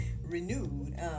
renewed